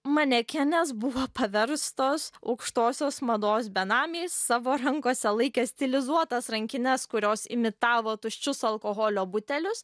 manekenės buvo paverstos aukštosios mados benamiais savo rankose laikė stilizuotas rankines kurios imitavo tuščius alkoholio butelius